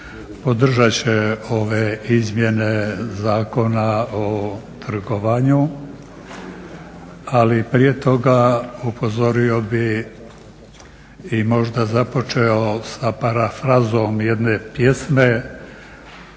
podržat će ove Izmjene zakona o trgovanju, ali prije toga upozorio bih i možda započeo sa parafrazom jedne pjesme